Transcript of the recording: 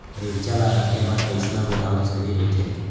मिरचा ला रखे बर कईसना गोदाम सही रइथे?